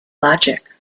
logic